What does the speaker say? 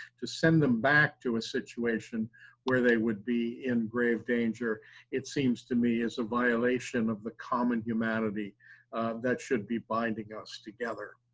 to send them back to a situation where they would be in grave danger it seems to me is a violation of the common humanity that should be binding us together.